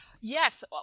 Yes